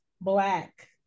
black